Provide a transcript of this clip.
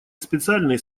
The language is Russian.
специальной